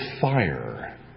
fire